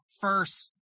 first